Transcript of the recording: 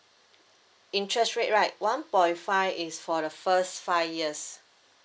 interest rate right one point five is for the first five years